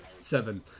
Seven